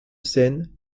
scène